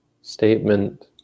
statement